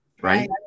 Right